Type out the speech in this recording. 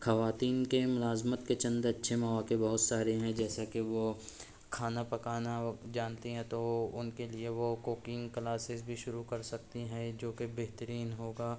خواتین کے ملازمت کے چند اچّھے مواقع بہت سارے ہیں جیسا کہ وہ کھانا پکانا جانتی ہیں تو ان کے لیے وہ کوکنگ کلاسیز بھی شروع کر سکتی ہیں جو کہ بہترین ہوگا